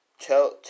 tell